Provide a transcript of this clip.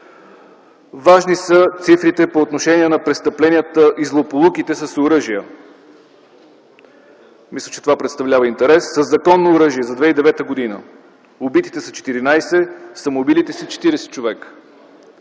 Важни са цифрите по отношение на престъпленията и злополуките с оръжия. Мисля, че това представлява интерес. За 2009 г. със законно оръжие убитите са 14, самоубилите се - 40 човека.